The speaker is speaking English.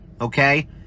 okay